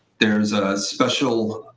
there's special